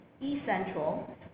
E-Central